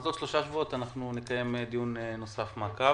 אז בעוד שלושה שבועות אנחנו נקיים דיון נוסף למעקב.